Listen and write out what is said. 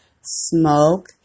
smoke